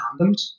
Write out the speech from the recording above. condoms